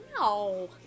No